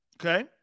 Okay